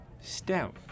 Stout